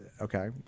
Okay